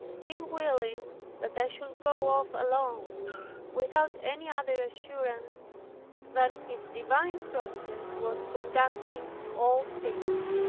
being willing that i should go off alone without any other assurance than his divine providence was conducting all things.